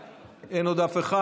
אין עוד אף אחד?